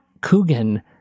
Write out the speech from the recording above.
Coogan